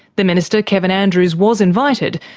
the minister kevin andrews was invited,